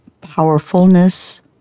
powerfulness